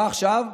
מה עכשיו?